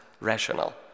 rational